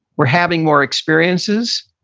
we're having more experiences,